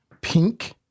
pink